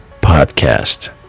podcast